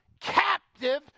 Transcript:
captive